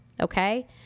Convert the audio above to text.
okay